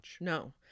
No